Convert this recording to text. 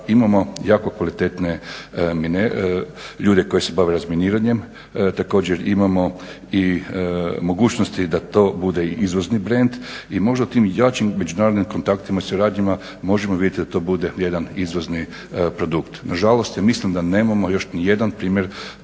imamo jako kvalitetne ljude koji se bave razminiranjem. Također imamo i mogućnosti da to bude izvozni brend i možda tim jačim međunarodnim kontaktima i suradnjama možemo vidjeti da to bude jedan izvozni produkt. Na žalost, ja mislim da nemamo još ni jedan primjer